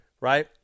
right